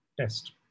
test